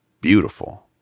beautiful